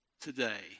today